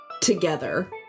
together